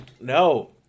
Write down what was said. No